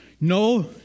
No